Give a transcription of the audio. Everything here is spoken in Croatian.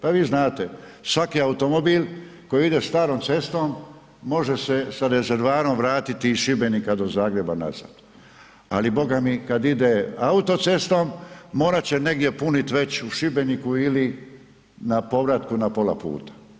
Pa vi znate, svaki automobil koji ide starom cestom može se sa rezervoarom vratiti iz Šibenika do Zagreba nazad ali bogami kad ide autocestom, morat će negdje punit već u Šibeniku ili na povratku na pola puta.